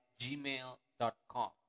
gmail.com